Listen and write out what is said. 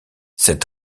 cette